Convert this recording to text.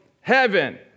heaven